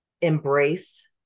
embrace